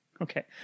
Okay